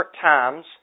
times